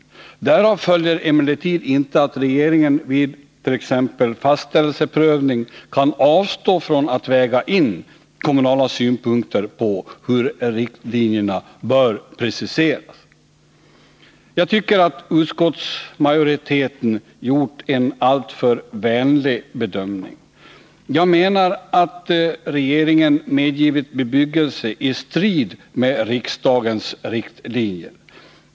Därav följer emellertid inte att regeringen vid t.ex. fastställelseprövning kan avstå från att väga in kommunala synpunkter på hur riktlinjerna bör preciseras.” Jag tycker att utskottsmajoriteten har gjort en alltför vänlig bedömning. Jag menar att regeringen medgivit bebyggelse i strid med riksdagens riktlinjer.